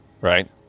right